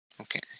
Okay